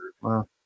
Wow